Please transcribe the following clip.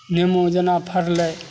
निमू जेना फड़लै